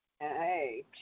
Hey